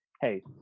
Hey